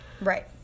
Right